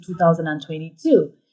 2022